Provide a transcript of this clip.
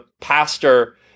pastor